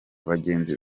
bagenzi